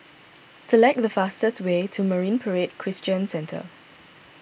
select the fastest way to Marine Parade Christian Centre